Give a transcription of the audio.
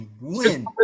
Win